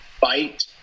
fight